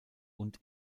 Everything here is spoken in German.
und